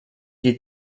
die